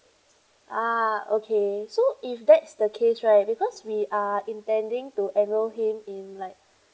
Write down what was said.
ah okay so if that's the case right because we are intending to enroll him in like